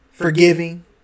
Forgiving